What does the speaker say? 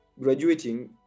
graduating